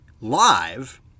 live